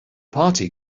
party